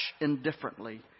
indifferently